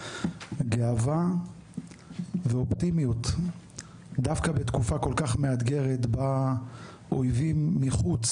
גאווה ואופטימיות דווקא בתקופה הכל-כך מאתגרת בה אויבים מחוץ